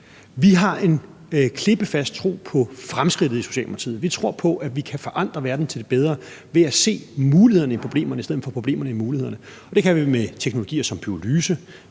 en klippefast tro på fremskridtet. Vi tror på, at vi kan forandre verden til det bedre ved at se mulighederne i problemerne i stedet for problemerne i mulighederne. Og det kan vi med teknologier som pyrolyse,